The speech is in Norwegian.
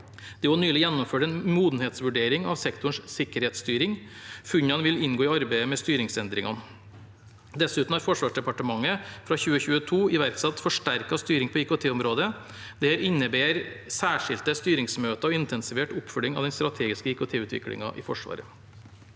er også nylig gjennomført en modenhetsvurdering av sektorens sikkerhetsstyring. Funnene vil inngå i arbeidet med styringsendringene. Dessuten har Forsvarsdepartementet fra 2022 iverksatt forsterket styring på IKT-området. Dette innebærer særskilte styringsmøter og intensivert oppfølging av den strategiske IKT-utviklingen i Forsvaret.